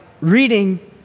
reading